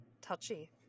Touchy